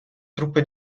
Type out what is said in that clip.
truppe